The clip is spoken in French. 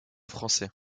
français